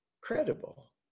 credible